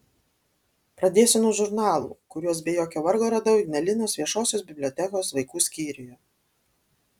pradėsiu nuo žurnalų kuriuos be jokio vargo radau ignalinos viešosios bibliotekos vaikų skyriuje